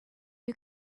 you